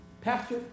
Pastor